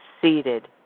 seated